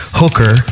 hooker